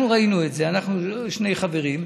אנחנו ראינו את זה, שני חברים,